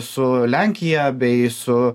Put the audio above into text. su lenkija bei su